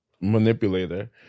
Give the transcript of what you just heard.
manipulator